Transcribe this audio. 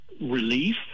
relief